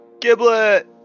Giblet